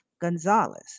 Gonzalez